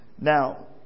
Now